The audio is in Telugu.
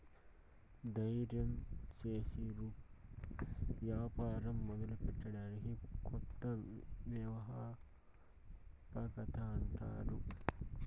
దయిర్యం సేసి యాపారం మొదలెట్టడాన్ని కొత్త వ్యవస్థాపకత అంటారు